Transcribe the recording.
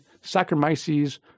Saccharomyces